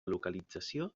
localització